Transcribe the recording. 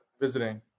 visiting